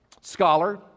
scholar